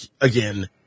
again